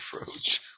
approach